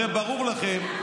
הרי ברור לכם,